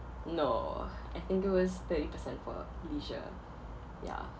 no I think it was thirty percent for leisure yeah